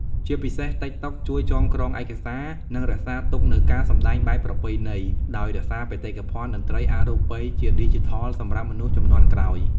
ជាពិសេស តិកតុក ជួយចងក្រងឯកសារ និងរក្សាទុកនូវការសម្តែងបែបប្រពៃណី ដោយរក្សាបេតិកភណ្ឌតន្ត្រីអរូបីជាឌីជីថលសម្រាប់មនុស្សជំនាន់ក្រោយ។